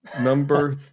Number